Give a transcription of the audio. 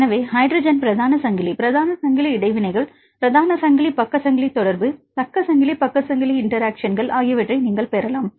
எனவே ஹைட்ரஜன் பிரதான சங்கிலி பிரதான சங்கிலி இடைவினைகள் பிரதான சங்கிலி பக்க சங்கிலி தொடர்பு பக்க சங்கிலி பக்க சங்கிலி இன்டெராக்ஷன்கள் ஆகியவற்றை நீங்கள் பெறலாம்